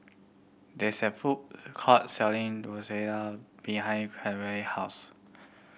there is a food court selling behind Carmel house